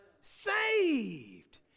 Saved